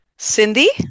Cindy